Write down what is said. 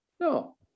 No